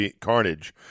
carnage